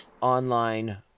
online